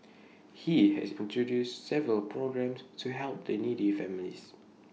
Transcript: he has introduced several programmes to help the needy families